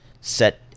set